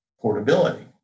portability